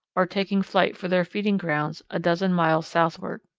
or taking flight for their feeding grounds a dozen miles southward.